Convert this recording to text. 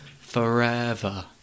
Forever